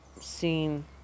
seen